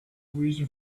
reason